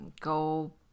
go